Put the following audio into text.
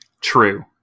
True